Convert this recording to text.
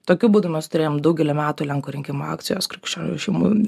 tokiu būdu mes turėjom daugelio metų lenkų rinkimų akcijos krikščionių šeimų